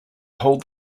hold